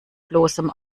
bloßem